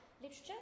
literature